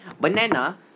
banana